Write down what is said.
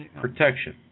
protection